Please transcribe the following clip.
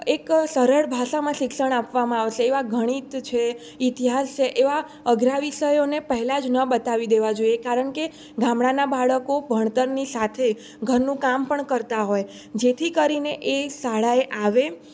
એક સરળ ભાષામાં શિક્ષણ આપવામાં આવશે એવા ગણિત છે ઇતિહાસ છે એવા અઘરા વિષયોને પહેલાં જ ન બતાવી દેવા જોઈએ કારણકે ગામડાનાં બાળકો ભણતરની સાથે ઘરનું કામ પણ કરતા હોય જેથી કરીને એ શાળાએ આવે